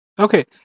Okay